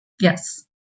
Yes